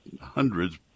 hundreds